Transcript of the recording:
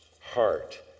heart